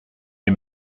les